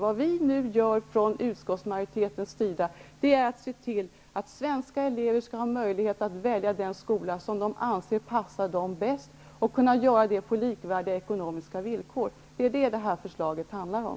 Vad vi nu gör från utskottsmajoritetens sida är att se till att svenska elever skall ha möjlighet att välja den skola som de anser passar dem bäst, och kunna göra det på likvärdiga ekonomiska villkor. Det är den saken detta förslag handlar om.